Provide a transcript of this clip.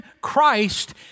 Christ